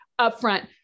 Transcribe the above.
upfront